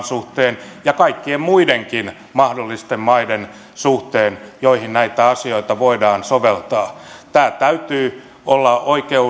suhteen kuin kaikkien muidenkin mahdollisten maiden suhteen joihin näitä asioita voidaan soveltaa tämän täytyy olla